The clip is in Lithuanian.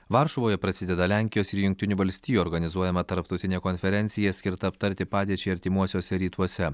varšuvoje prasideda lenkijos ir jungtinių valstijų organizuojama tarptautinė konferencija skirta aptarti padėčiai artimuosiuose rytuose